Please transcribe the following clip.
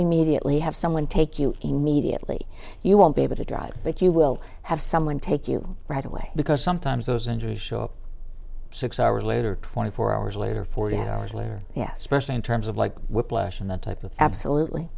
immediately have someone take you immediately you won't be able to drive but you will have someone take you right away because sometimes those injuries show up next hours later twenty four hours later for you know later yeah specially in terms of like whiplash and that type of absolutely